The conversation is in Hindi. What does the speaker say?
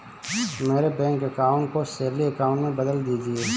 मेरे बैंक अकाउंट को सैलरी अकाउंट में बदल दीजिए